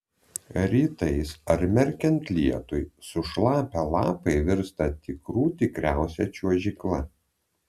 rytais ar merkiant lietui sušlapę lapai virsta tikrų tikriausia čiuožykla